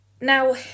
Now